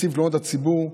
נציב תלונות הציבור